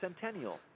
Centennial